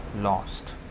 lost